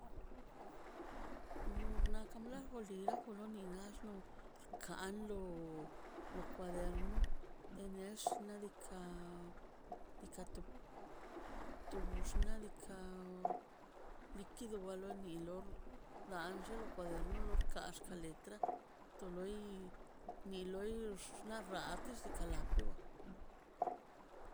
Nor na kan bloj lilo kan ni nax no kan lo lo cuaderno tenex xnaꞌ diikaꞌ bika tu tub xnaꞌ diikaꞌ likid no ba dulio lan llel lo cuaderno llel gaxka letra to loi ni loixt xnaꞌ rati xkalatigo